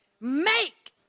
Make